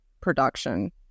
production